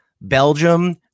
Belgium